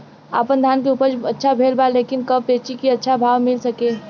आपनधान के उपज अच्छा भेल बा लेकिन कब बेची कि अच्छा भाव मिल सके?